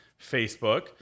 Facebook